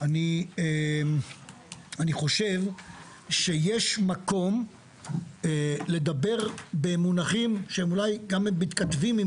אני חושב שיש מקום לדבר במונחים שהם אולי גם מתכתבים עם